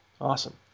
awesome